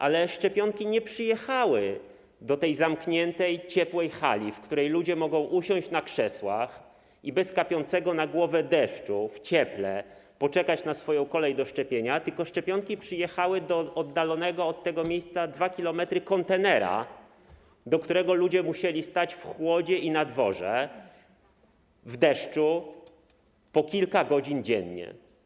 Ale szczepionki nie przyjechały do tej zamkniętej, ciepłej hali, w której ludzie mogą usiąść na krzesłach i bez kapiącego na głowę deszczu, w cieple poczekać na swoją kolej do szczepienia, tylko szczepionki przyjechały do oddalonego od tego miejsca o 2 km kontenera, do którego w kolejce ludzie musieli stać na dworze, w chłodzie, w deszczu, po kilka godzin dziennie.